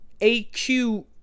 AQ